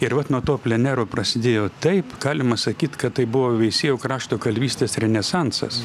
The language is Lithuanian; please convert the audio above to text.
ir vat nuo to plenero prasidėjo taip galima sakyt kad tai buvo veisiejų krašto kalvystės renesansas